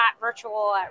virtual